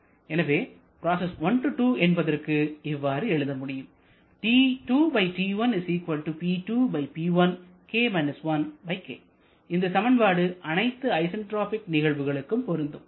எனவே ப்ராசஸ் 1 2 என்பதற்கு இவ்வாறு எழுத முடியும் இந்த சமன்பாடு அனைத்து ஐசன் ட்ராபிக் நிகழ்வுகளுக்கும் பொருந்தும்